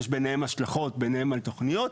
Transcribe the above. יש ביניהם השלכות בעיניהם על תוכניות,